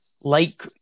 light